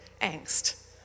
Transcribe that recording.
angst